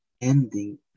ending